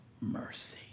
mercy